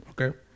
Okay